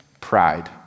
pride